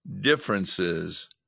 differences